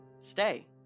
Stay